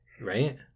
right